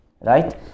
right